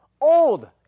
old